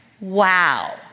Wow